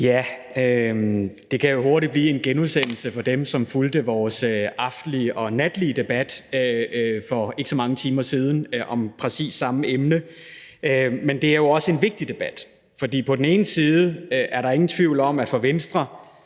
(V): Det kan jo hurtigt blive en genudsendelse for dem, som fulgte vores debat i aftes og i nat for ikke så mange timer siden om præcis samme emne. Men det er jo også en vigtig debat, for på den ene side er der ingen tvivl om, at fra Venstres